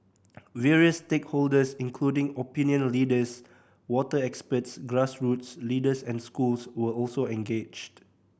various stakeholders including opinion leaders water experts grassroots leaders and schools were also engaged